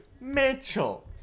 Mitchell